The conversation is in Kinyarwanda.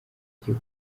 bagiye